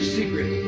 secret